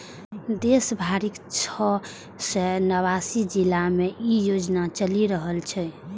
देश भरिक छह सय नवासी जिला मे ई योजना चलि रहल छै